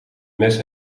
mes